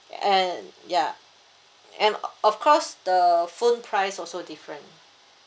and ya and o~ of course the phone price also different